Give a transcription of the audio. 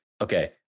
okay